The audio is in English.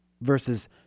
verses